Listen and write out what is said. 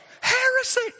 heresy